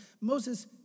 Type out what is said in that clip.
Moses